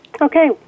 Okay